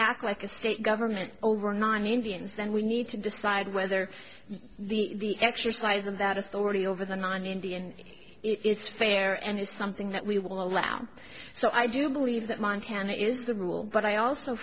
act like a state government over nine indians then we need to decide whether the exercise of that authority over the non indian is fair and is something that we will allow so i do believe that montana is the rule but i also